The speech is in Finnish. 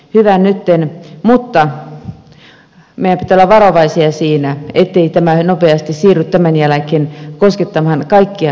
hyvä nyt mutta meidän pitää olla varovaisia siinä ettei tämä nopeasti siirry tämän jälkeen koskettamaan kaikkia näitä rikoksia